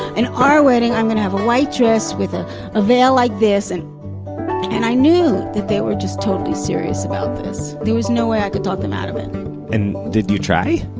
and our wedding i'm gonna have a white dress with ah a veil like this. and and i knew that they were just totally serious about this. there was no way i could talk them out of it and, did you try?